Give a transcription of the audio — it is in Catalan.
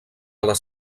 les